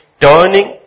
turning